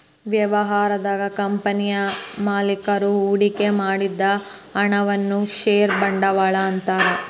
ವ್ಯವಹಾರದಾಗ ಕಂಪನಿಯ ಮಾಲೇಕರು ಹೂಡಿಕೆ ಮಾಡಿದ ಹಣವನ್ನ ಷೇರ ಬಂಡವಾಳ ಅಂತಾರ